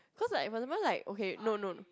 cause like I remember like no no